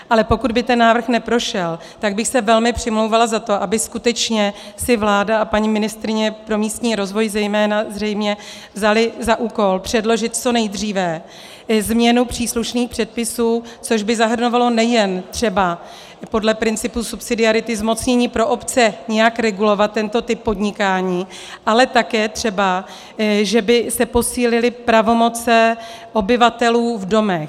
Ale pokud by ten návrh neprošel, tak bych se velmi přimlouvala za to, aby si skutečně vláda a paní ministryně pro místní rozvoj zejména zřejmě vzaly za úkol předložit co nejdříve změnu příslušných předpisů, což by zahrnovalo nejen třeba podle principu subsidiarity zmocnění pro obce nějak regulovat tento typ podnikání, ale také třeba, že by se posílily pravomoce obyvatel v domech.